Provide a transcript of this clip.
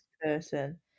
person